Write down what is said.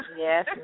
Yes